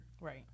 Right